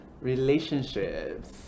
Relationships